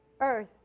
earth